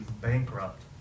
bankrupt